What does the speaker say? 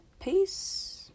Peace